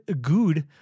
good